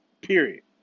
Period